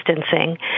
distancing